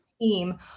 team